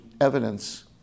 evidence